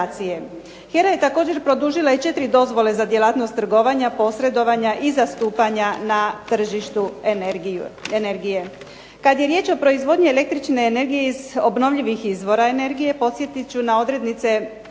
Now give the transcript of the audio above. HERA je također produžila i 4 dozvole za djelatnost trgovanja, posredovanja i zastupanja na tržištu energije. Kad je riječ o proizvodnji električne energije iz obnovljivih izvora energije podsjetit ću na odrednice